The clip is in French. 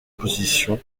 position